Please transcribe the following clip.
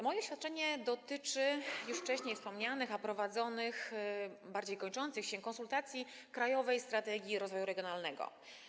Moje oświadczenie dotyczy już wcześniej wspomnianych, prowadzonych, a właściwie bardziej kończących się konsultacji w sprawie „Krajowej strategii rozwoju regionalnego”